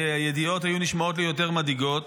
הידיעות נשמעו לי יותר מדאיגות,